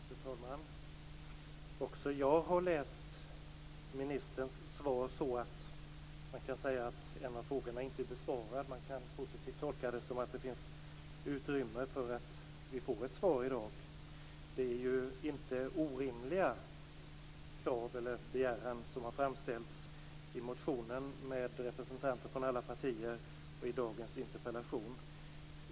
Fru talman! Också jag har läst ministerns svar så att man kan säga att en av frågorna inte är besvarad men man kan göra den positiva tolkningen att det finns utrymme för att vi i dag får ett svar. Det är ju inte orimliga krav eller någon orimlig begäran som framställs i den motion som representeras av alla partier och i dagens interpellation.